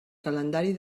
calendari